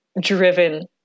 driven